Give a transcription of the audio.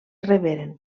reberen